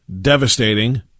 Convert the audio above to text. devastating